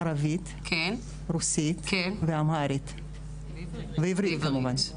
ערבית, רוסית, אמהרית, ועברית כמובן.